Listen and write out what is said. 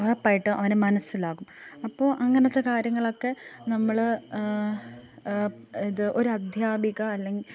ഉറപ്പായിട്ടും അവൻ മനസ്സിലാകും അപ്പോൾ അങ്ങനത്തെ കാര്യങ്ങളൊക്കെ നമ്മൾ ഇത് ഒരദ്ധ്യാപിക അല്ലെങ്കിൽ